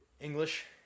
English